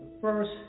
first